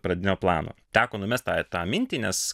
pradinio plano teko numest tą tą mintį nes